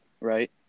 right